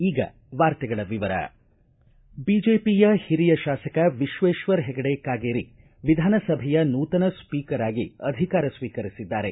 ಈಗ ವಾರ್ತೆಗಳ ವಿವರ ಬಿಜೆಪಿಯ ಹಿರಿಯ ಶಾಸಕ ವಿಶ್ವೇಶ್ವರ ಹೆಗಡೆ ಕಾಗೇರಿ ವಿಧಾನಸಭೆಯ ನೂತನ ಸ್ವೀಕರ್ ಆಗಿ ಅಧಿಕಾರ ಸ್ವೀಕರಿಸಿದ್ದಾರೆ